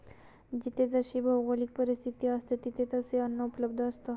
जिथे जशी भौगोलिक परिस्थिती असते, तिथे तसे अन्न उपलब्ध असतं